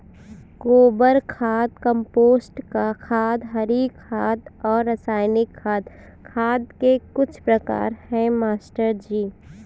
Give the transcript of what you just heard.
गोबर खाद कंपोस्ट खाद हरी खाद और रासायनिक खाद खाद के कुछ प्रकार है मास्टर जी